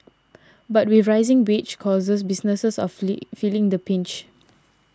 but with rising wage costs businesses are feeling the pinch